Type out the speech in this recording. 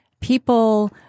people